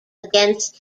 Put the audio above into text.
against